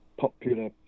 popular